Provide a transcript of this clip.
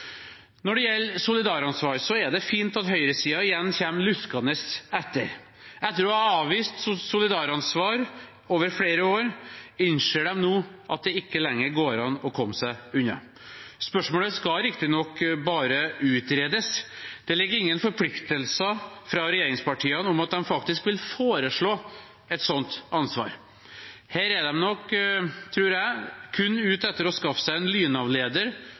Når det gjelder solidaransvar, er det fint at høyresiden igjen kommer luskende etter. Etter å ha avvist solidaransvar over flere år innser de nå at det ikke lenger går an å komme seg unna. Spørsmålet skal riktignok bare utredes; det ligger ingen forpliktelser fra regjeringspartiene om at de faktisk vil foreslå et sånt ansvar. Her er de nok, tror jeg, kun ute etter å skaffe seg en lynavleder